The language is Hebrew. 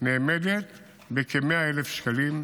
נאמדת בכ-100,000 שקלים,